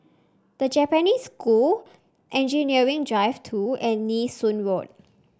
The Japanese School Engineering Drive Two and Nee Soon Road